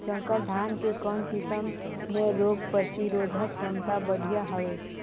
संकर धान के कौन किसम मे रोग प्रतिरोधक क्षमता बढ़िया हवे?